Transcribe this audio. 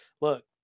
look